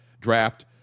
draft